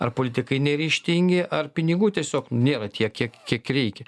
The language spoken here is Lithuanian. ar politikai neryžtingi ar pinigų tiesiog nėra tiek kiek kiek reikia